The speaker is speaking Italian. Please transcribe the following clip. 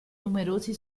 numerosi